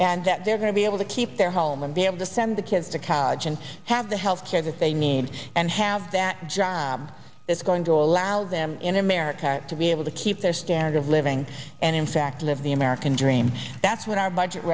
and that they're going to be able to keep their home and be able to send the kids to college and have the health care that they need and have that job that's going to allow them in america to be able to keep their standard of living and in fact live the american dream that's what our budget